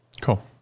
Cool